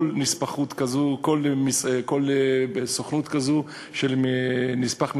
כל נספחות כזאת, כל סוכנות כזאת של נספח מסחרי,